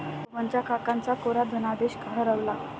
सोहनच्या काकांचा कोरा धनादेश हरवला